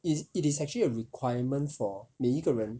it's it is actually a requirement for 每一个人